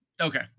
Okay